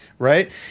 right